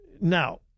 Now